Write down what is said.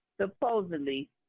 supposedly